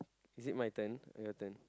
is it my turn or your turn